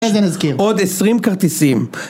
איזה נזכיר? עוד עשרים כרטיסים